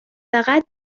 فقط